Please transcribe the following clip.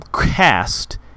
cast